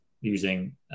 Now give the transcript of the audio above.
using